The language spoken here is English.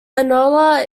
panola